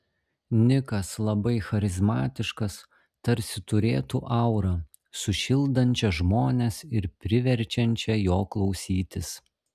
nikas labai charizmatiškas tarsi turėtų aurą sušildančią žmones ir priverčiančią jo klausytis